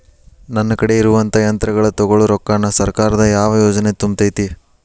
ನನ್ ಕಡೆ ಇರುವಂಥಾ ಯಂತ್ರಗಳ ತೊಗೊಳು ರೊಕ್ಕಾನ್ ಸರ್ಕಾರದ ಯಾವ ಯೋಜನೆ ತುಂಬತೈತಿ?